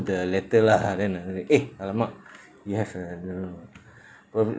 the letter lah then like eh !alamak! you have a you know probably